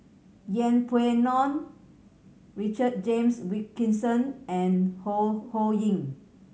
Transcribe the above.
Yeng Pway Ngon Richard James Wilkinson and Ho Ho Ying